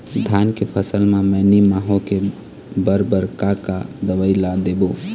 धान के फसल म मैनी माहो के बर बर का का दवई ला देबो?